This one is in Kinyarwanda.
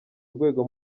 rwego